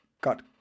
got